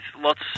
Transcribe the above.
lots